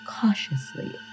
cautiously